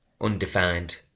undefined